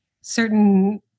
certain